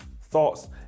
thoughts